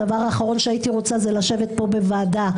הדבר האחרון שהייתי רוצה זה לשבת פה בוועדה.